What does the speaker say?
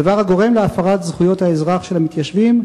דבר הגורם להפרת זכויות האזרח של המתיישבים,